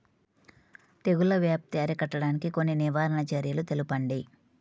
తెగుళ్ల వ్యాప్తి అరికట్టడానికి కొన్ని నివారణ చర్యలు తెలుపండి?